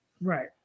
Right